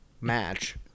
Match